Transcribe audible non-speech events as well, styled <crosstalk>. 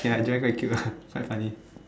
ya joy quite cute ah <laughs> quite funny